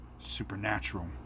supernatural